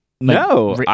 No